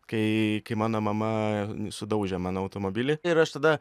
kai kai mano mama sudaužė mano automobilį ir aš tada